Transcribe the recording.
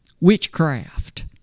witchcraft